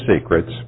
secrets